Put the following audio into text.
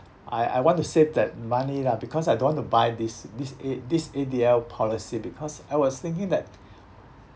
I I want to save that money lah because I don't want to buy this this A this A_D_L policy because I was thinking that